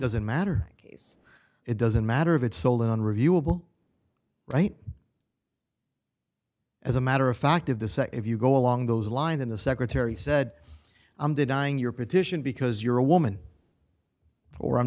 doesn't matter it doesn't matter if it's sold unreviewable right as a matter of fact of the sec if you go along those lines and the secretary said i'm denying your petition because you're a woman or i'm